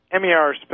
MER